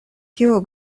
kiu